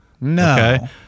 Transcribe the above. No